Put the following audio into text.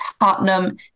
Tottenham